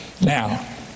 Now